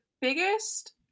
biggest